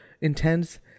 intense